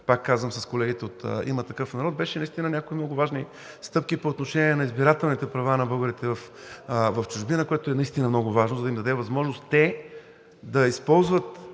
пак казвам, с колегите от „Има такъв народ“, бяха някои много важни стъпки по отношение на избирателните права на българите в чужбина, което е много важно, за да им даде възможност те да използват